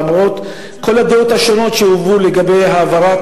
למרות כל הדעות השונות שהובאו לגבי העברת,